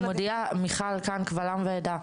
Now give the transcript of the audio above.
אני מודיעה קבל עם ועדה,